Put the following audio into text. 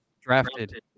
drafted